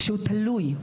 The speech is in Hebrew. שהוא תלוי.